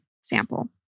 sample